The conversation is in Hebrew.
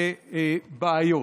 ובעיות".